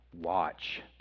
watch